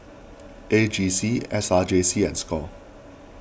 A G C S R J C and Score